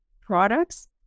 products